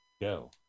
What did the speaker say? go